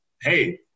hey